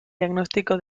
diagnóstico